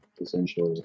essentially